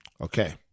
Okay